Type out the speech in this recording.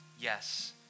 Yes